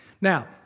Now